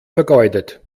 vergeudet